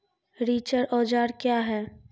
रिचर औजार क्या हैं?